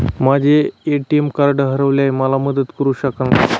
माझे ATM card हरवले आहे, मला मदत करु शकाल का?